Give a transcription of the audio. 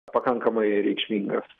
pakankamai reikšmingas